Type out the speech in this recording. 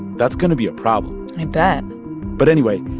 that's going to be a problem i bet but anyway,